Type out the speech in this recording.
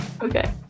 Okay